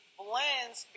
blends